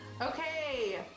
okay